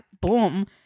boom